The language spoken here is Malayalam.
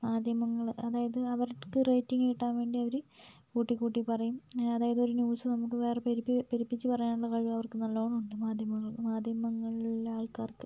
മാധ്യമങ്ങൾ അതായത് അവർക്ക് റേറ്റിംഗ് കിട്ടാൻ വേണ്ടി അവർ കൂട്ടി കൂട്ടി പറയും അതായത് ഒരു ന്യൂസ് നമുക്ക് വേറെ പെരുപ്പിച്ച് പറയാനുള്ള കഴിവ് അവർക്ക് നല്ലോണം ഉണ്ട് മാധ്യമങ്ങൾക്ക് മാധ്യമങ്ങളിലെ ആൾക്കാർക്ക്